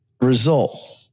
result